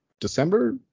december